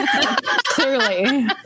Clearly